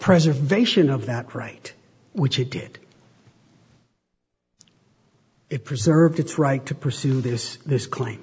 preservation of that right which it did it preserved its right to pursue this this cla